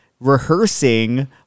rehearsing